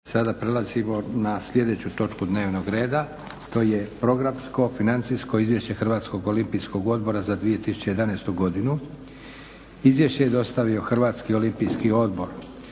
Sada prelazimo na sljedeću točku dnevnog reda. To je - Programsko i financijsko izvješće Hrvatskog olimpijskog odbora za 2011. godinu Izvješće je dostavio Hrvatski olimpijski odbor.